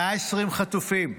120 חטופים,